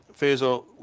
Faisal